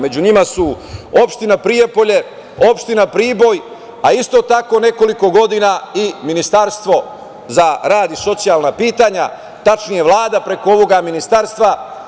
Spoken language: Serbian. Među njima su opština Prijepolje, opština Priboj, a isto tako, nekoliko godina i Ministarstvo za rad, socijalna pitanja, tačnije Vlada preko ovog ministarstva.